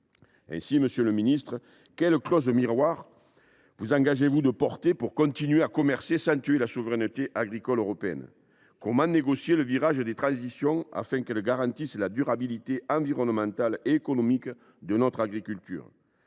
Aussi, monsieur le ministre, quelles clauses miroirs vous engagez vous à défendre pour continuer à commercer sans tuer la souveraineté agricole européenne ? Comment négocier le virage des transitions de sorte qu’elles garantissent la durabilité environnementale et économique de notre agriculture ?